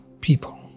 people